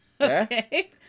Okay